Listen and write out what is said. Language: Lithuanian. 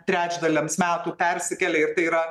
trečdaliams metų persikelia ir tai yra